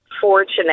fortunate